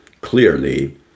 clearly